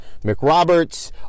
McRoberts